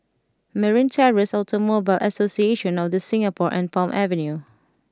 Merryn Terrace Automobile Association of The Singapore and Palm Avenue